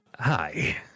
hi